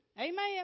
Amen